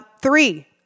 Three